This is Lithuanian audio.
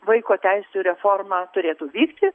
vaiko teisių reforma turėtų vykti